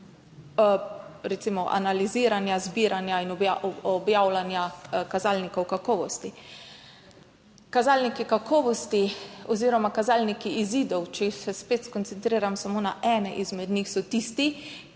recimo analiziranja, zbiranja in objavljanja kazalnikov kakovosti. Kazalniki kakovosti oziroma kazalniki izidov, če se spet skoncentriram samo na ene izmed njih, so tisti,